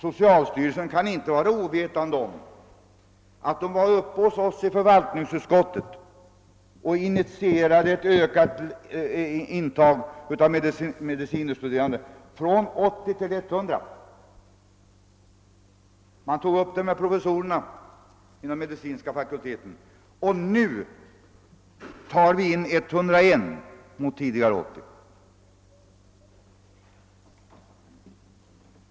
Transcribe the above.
Socialstyrelsen kan inte vara ovetande om att dess representanter var uppe hos vårt förvaltningsutskott och initierade en ökning av intaget av medicine studerande från 80 till 100. Saken togs också upp med professorerna inom medicinska fakulteten. Nu tar vi in 101 mot tidigare 80.